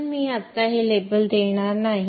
म्हणून आत्ता मी हे लेबल देणार नाही